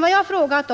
Vad jag frågat